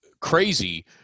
crazy